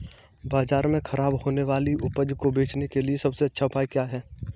बाजार में खराब होने वाली उपज को बेचने के लिए सबसे अच्छा उपाय क्या है?